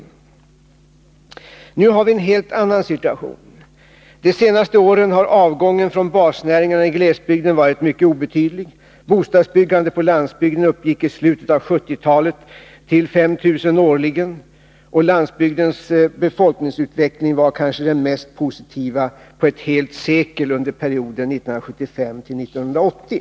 Nu har vi en helt annan situation. De senaste åren har avgången från basnäringarna i glesbygden varit mycket obetydlig, bostadsbyggandet på landsbygden uppgick i slutet av 1970-talet till 5 000 årligen och landsbygdens befolkningsutveckling var kanske den mest positiva på ett helt sekel under perioden 1975 till 1980.